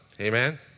amen